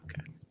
okay